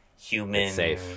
human